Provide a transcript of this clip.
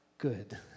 Good